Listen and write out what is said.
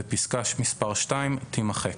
פסקה (2) תימחק.